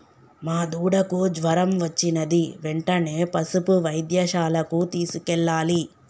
మా దూడకు జ్వరం వచ్చినది వెంటనే పసుపు వైద్యశాలకు తీసుకెళ్లాలి